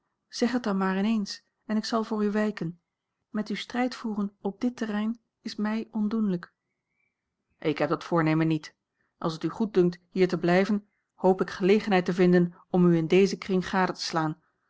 zeg het dan maar in eens en ik zal voor u wijken met u strijd voeren op dit terrein is mij ondoenlijk ik heb dat voornemen niet als het u goed dunkt hier te blijven hoop ik gelegenheid te vinden om u in dezen kring gade te slaan